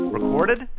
Recorded